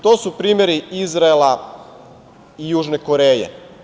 To su primeri Izraela i Južne Koreje.